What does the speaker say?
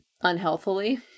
unhealthily